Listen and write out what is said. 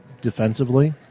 defensively